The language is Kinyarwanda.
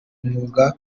mwuga